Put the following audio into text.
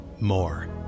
more